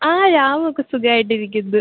ആ രാമു ഒക്കെ സുഖം ആയിട്ടിരിക്കുന്നു